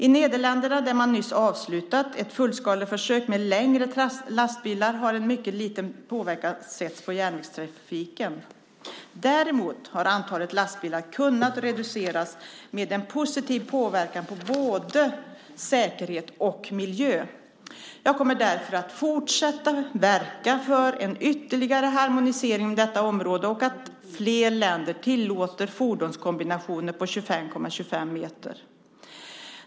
I Nederländerna, där man nyss avslutat ett fullskaleförsök med längre lastbilar, har en mycket liten påverkan setts på järnvägstrafiken. Däremot har antalet lastbilar kunnat reduceras med en positiv påverkan på både säkerhet och miljö. Jag kommer därför att fortsätta verka för en ytterligare harmonisering inom detta område och för att fler länder tillåter fordonskombinationer på 25,25 meter.